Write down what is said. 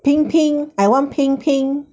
pink pink I wan pink pink